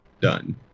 done